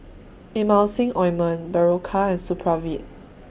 Emulsying Ointment Berocca and Supravit